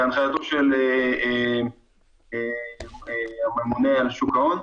בהנחייתו של הממונה על שוק ההון,